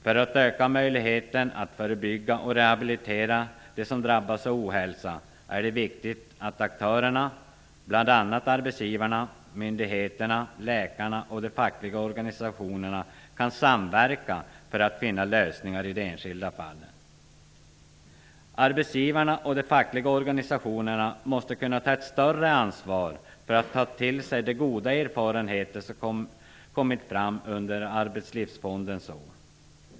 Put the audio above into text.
För att öka möjligheten att förebygga ohälsa och rehabilitera dem som drabbas av ohälsa är det viktigt att aktörerna, bl.a. arbetsgivare, myndigheter, läkare och de fackliga organisationerna kan samverka för att finna lösningar i det enskilda fallet. Arbetsgivarna och de fackliga organisationerna måste kunna ta ett större ansvar för att ta till sig de goda erfarenheter som kommit fram under Arbetslivsfondens år.